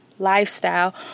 Lifestyle